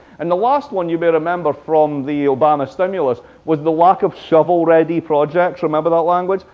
and the last one you may remember from the obama stimulus was the lack of shovel-ready projects. remember that language?